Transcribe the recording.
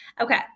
Okay